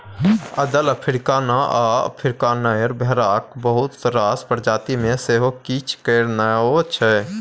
अदल, अफ्रीकाना आ अफ्रीकानेर भेराक बहुत रास प्रजाति मे सँ किछ केर नाओ छै